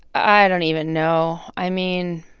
i don't even know. i mean,